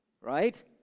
right